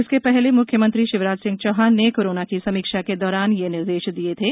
इसके पहले मुख्यमंत्री शिवराज सिंह चौहान ने कोरोना की समीक्षा के दौरान ये निर्देश दिए थे